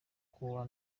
kwa